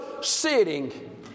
sitting